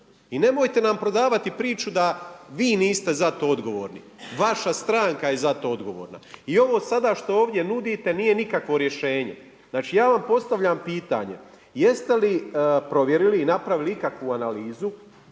i nemojte nam prodavati priču da vi niste za to odgovorni. Vaša stranka je za to odgovorna. I ovo sada što ovdje nudite nije nikakvo rješenje. Znači ja vam postavljam pitanje jeste li provjerili i napravili ikakvu analizu,